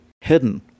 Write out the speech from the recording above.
hidden